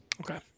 Okay